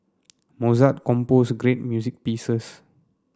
Mozart composed great music pieces